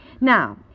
Now